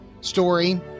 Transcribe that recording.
story